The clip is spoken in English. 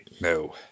No